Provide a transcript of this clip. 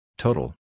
Total